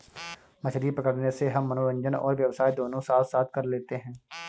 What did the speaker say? मछली पकड़ने से हम मनोरंजन और व्यवसाय दोनों साथ साथ कर लेते हैं